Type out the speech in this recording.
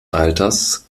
alters